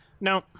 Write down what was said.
No